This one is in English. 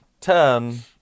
turn